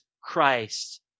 Christ